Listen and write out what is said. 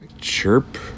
Chirp